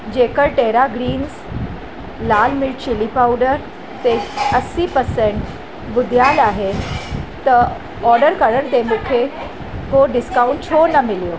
जेकर Terra Greens लाल मिर्चु चिली पाउडर ते असी परसेंट ॿुधायल आहे त ऑडर करण ते मूंखे को डिस्काउंट छो न मिलियो